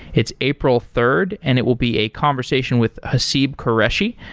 it's april third and it will be a conversation with hasseb qureshi,